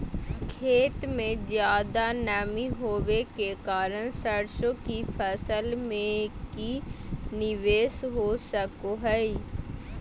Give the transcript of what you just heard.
खेत में ज्यादा नमी होबे के कारण सरसों की फसल में की निवेस हो सको हय?